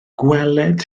gweled